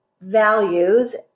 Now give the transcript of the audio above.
values